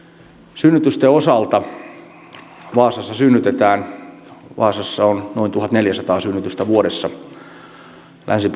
synnytysten osalta vaasassa synnytetään vaasassa on noin tuhatneljäsataa synnytystä vuodessa länsi